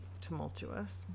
tumultuous